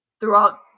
throughout